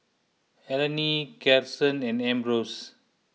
Elayne Karson and Ambrose